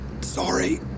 Sorry